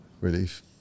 Relief